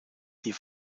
die